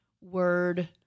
word